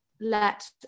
let